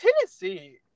Tennessee